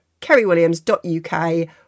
kerrywilliams.uk